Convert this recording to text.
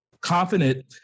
confident